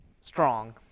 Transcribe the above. strong